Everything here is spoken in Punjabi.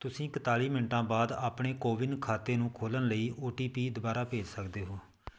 ਤੁਸੀਂ ਇਕਤਾਲੀ ਮਿੰਟਾਂ ਬਾਅਦ ਆਪਣੇ ਕੋਵਿਨ ਖਾਤੇ ਨੂੰ ਖੋਲ੍ਹਣ ਲਈ ਓ ਟੀ ਪੀ ਦੁਬਾਰਾ ਭੇਜ ਸਕਦੇ ਹੋ